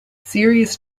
serious